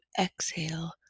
exhale